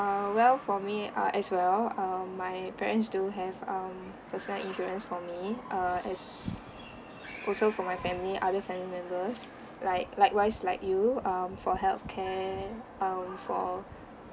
ah well for me ah as well err my parents do have um personal insurance for me uh as also for my family other family members like likewise like you um for health care um for